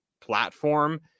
platform